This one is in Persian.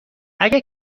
اگه